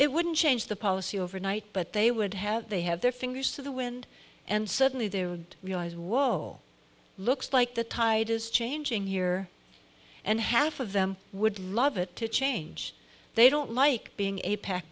it wouldn't change the policy overnight but they would have they have their fingers to the wind and suddenly they would realize wall looks like the tide is changing here and half of them would love it to change they don't like being a pack